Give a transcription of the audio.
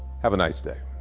have a nice day.